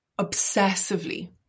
obsessively